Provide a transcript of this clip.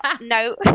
No